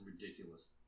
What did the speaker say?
ridiculous